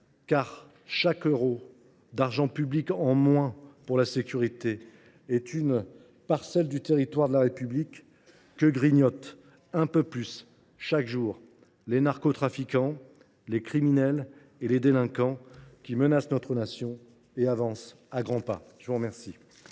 car chaque euro d’argent public en moins pour la sécurité est une parcelle du territoire de la République en plus grignotée par les narcotrafiquants, les criminels et les délinquants, qui menacent notre Nation et avancent à grands pas ! La parole